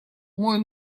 мой